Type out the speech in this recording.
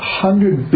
hundred